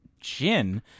gin